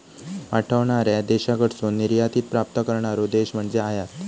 पाठवणार्या देशाकडसून निर्यातीत प्राप्त करणारो देश म्हणजे आयात